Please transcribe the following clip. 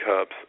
cups